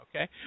Okay